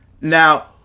Now